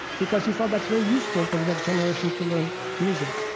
because he thought that's very useful for the next generation to learn music.